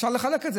ואפשר לחלק את זה,